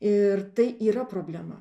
ir tai yra problema